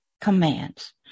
commands